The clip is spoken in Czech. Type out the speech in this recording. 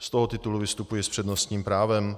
Z toho titulu vystupuji s přednostním právem.